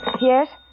Yes